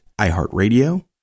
iHeartRadio